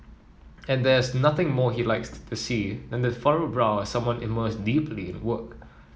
and there's nothing more he likes to see than the furrowed brow of someone immersed deeply in work